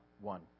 one